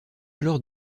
alors